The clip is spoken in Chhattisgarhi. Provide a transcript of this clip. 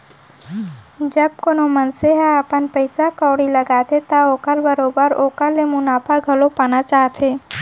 जब कोनो मनसे ह अपन पइसा कउड़ी लगाथे त ओहर बरोबर ओकर ले मुनाफा घलौ पाना चाहथे